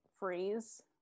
freeze